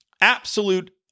absolute